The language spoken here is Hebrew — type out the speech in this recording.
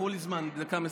לקחו לי זמן, אני דקה מסיים.